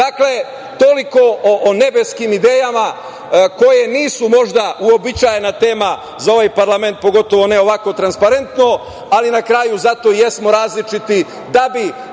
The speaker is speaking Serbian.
smislu. Dakle, toliko o nebeskim idejama koje nisu možda uobičajena tema za ovaj parlament, pogotovo ne ovako transparentno, ali na kraju zato jesmo različiti, da bi